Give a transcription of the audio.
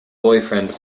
boyfriend